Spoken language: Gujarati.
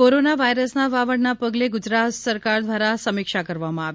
કોરોના વાયરસના વાવડના પગલે ગુજરાત સરકાર વ્રારા સમિક્ષા કરવામાં આવી